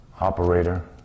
operator